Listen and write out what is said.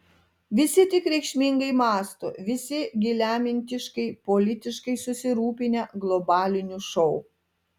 visi tik reikšmingai mąsto visi giliamintiškai politiškai susirūpinę globaliniu šou